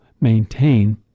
maintain